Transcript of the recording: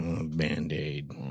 Band-aid